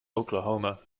oklahoma